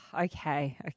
Okay